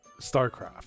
Starcraft